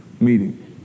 meeting